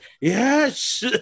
Yes